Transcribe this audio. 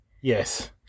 Yes